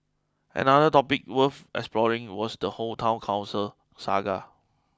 another topic worth exploring was the whole town council saga